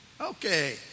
Okay